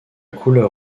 couleur